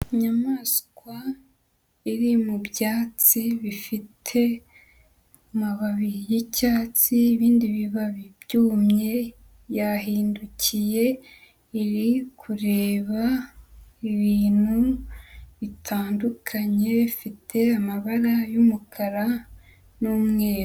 Inyamaswa iri mu byatsi bifite amababi y'icyatsi bindi bibabi byumye, yahindukiye iri kureba ibintu bitandukanye bifite amabara y'umukara n'umweru.